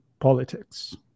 politics